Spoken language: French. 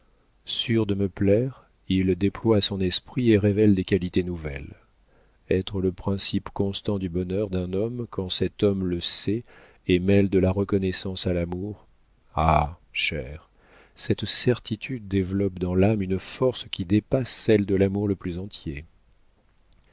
sûr de me plaire il déploie son esprit et révèle des qualités nouvelles être le principe constant du bonheur d'un homme quand cet homme le sait et mêle de la reconnaissance à l'amour ah chère cette certitude développe dans l'âme une force qui dépasse celle de l'amour le plus entier